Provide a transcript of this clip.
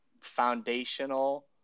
foundational